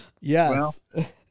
yes